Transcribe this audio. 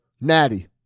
Natty